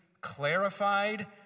clarified